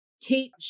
Kate